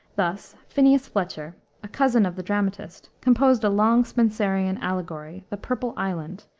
thus phineas fletcher a cousin of the dramatist composed a long spenserian allegory, the purple island,